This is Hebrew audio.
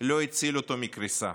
לא הציל אותו מקריסה,